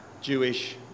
...Jewish